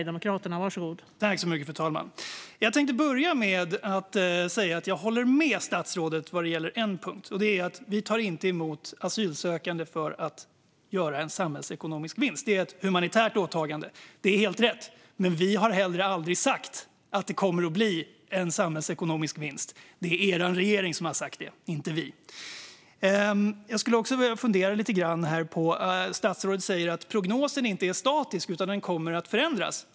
Fru talman! Jag tänkte börja med att säga att jag håller med statsrådet på en punkt: Sverige tar inte emot asylsökande för att göra en samhällsekonomisk vinst. Detta är ett humanitärt åtagande; det är helt rätt. Men vi i Sverigedemokraterna har heller aldrig sagt att det kommer att bli en samhällsekonomisk vinst. Det är er regering som har sagt det - inte vi. Statsrådet säger att prognosen inte är statisk utan kommer att förändras.